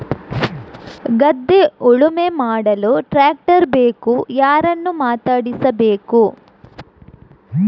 ಗದ್ಧೆ ಉಳುಮೆ ಮಾಡಲು ಟ್ರ್ಯಾಕ್ಟರ್ ಬೇಕು ಯಾರನ್ನು ಮಾತಾಡಿಸಬೇಕು?